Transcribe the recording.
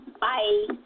Bye